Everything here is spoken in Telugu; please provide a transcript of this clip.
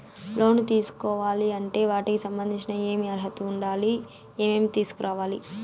లోను తీసుకోవాలి అంటే వాటికి సంబంధించి ఏమి అర్హత ఉండాలి, ఏమేమి తీసుకురావాలి